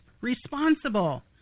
responsible